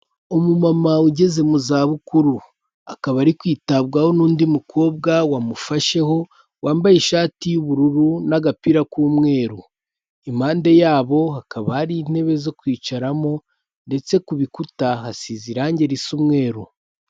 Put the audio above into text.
Umumama ugeze mu zabukuru akaba ari kwitabwaho n'undi mukobwa wamufasheho, wambaye ishati y'ubururu n'agapira k'umweru, impande yabo hakaba hari intebe zo kwicaramo ndetse ku bikuta hasize irangi risa umweru.